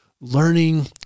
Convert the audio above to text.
learning